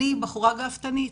אני בחורה גאוותנית,